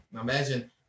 Imagine